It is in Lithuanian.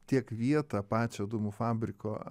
tiek vietą pačio dūmų fabriko